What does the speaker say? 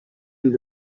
and